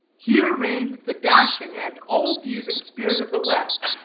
here reigned the dashing and all-fusing spirit of the west,